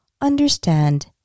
understand